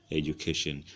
education